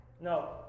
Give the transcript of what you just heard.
No